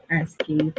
asking